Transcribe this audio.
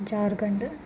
Jharkhand